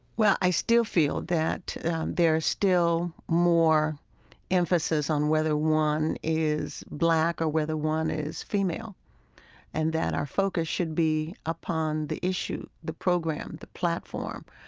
well, i still feel that there is still more emphasis on whether one is black or whether one is female and that our focus should be upon the issue, the program, the platform,